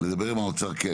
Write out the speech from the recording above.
לדבר עם האוצר, כן.